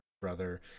brother